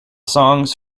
songs